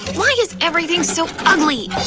why is everything so ugly!